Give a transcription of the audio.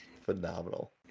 phenomenal